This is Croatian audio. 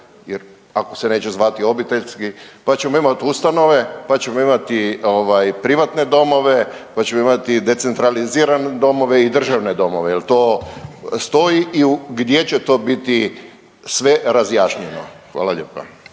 jer ako se neće zvati obiteljski, pa ćemo imati ustanove, pa ćemo imati privatne domove, pa ćemo imati decentralizirane domove i državne domove? Jel to stoji i gdje će to biti sve razjašnjeno. Hvala lijepa.